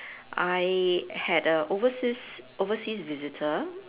I had a overseas overseas visitor